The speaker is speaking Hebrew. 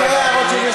אלה עיקרי ההערות שלי.